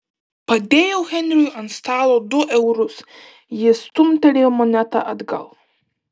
padėjau henriui ant stalo du eurus jis stumtelėjo monetą atgal